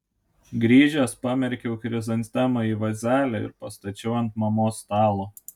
grįžęs pamerkiau chrizantemą į vazelę ir pastačiau ant mamos stalo